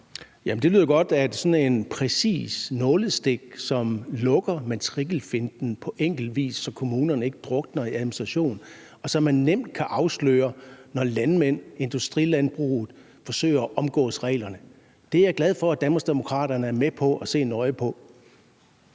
det lyder godt, at det er sådan et præcist nålestik, som på enkel vis lukker matrikelfinten, så kommunerne ikke drukner i administration, og så man nemt kan afsløre det, når landmænd og industrilandbruget forsøger at omgå reglerne. Det er jeg glad for at Danmarksdemokraterne er med på at se nøje på.